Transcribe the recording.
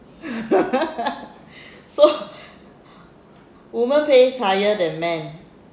woman pays higher than man